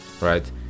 right